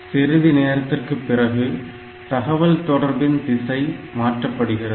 சிறிது நேரத்திற்கு பிறகு தகவல் தொடர்பின் திசை மாற்றப்படுகிறது